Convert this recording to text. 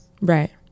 Right